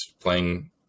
playing